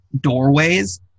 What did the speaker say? doorways